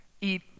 eat